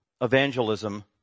evangelism